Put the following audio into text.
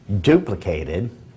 duplicated